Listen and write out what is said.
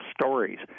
stories